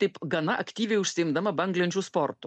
taip gana aktyviai užsiimdama banglenčių sportu